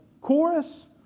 chorus